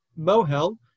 mohel